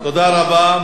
תודה רבה.